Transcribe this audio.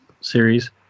series